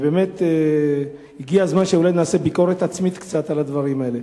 באמת הגיע הזמן שאולי נעשה קצת ביקורת עצמית על הדברים האלה.